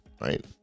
right